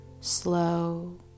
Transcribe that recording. Slow